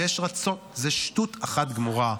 זה שטות אחת גמורה.